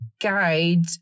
guide